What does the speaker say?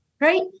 Right